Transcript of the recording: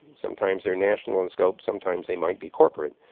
sometimes they're national in scope. sometimes they might be corporate.